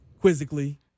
quizzically